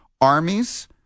Armies